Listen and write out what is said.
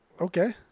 okay